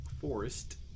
forest